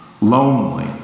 lonely